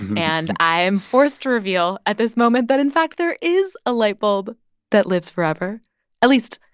and i am forced to reveal at this moment that in fact there is a light bulb that lives forever at least,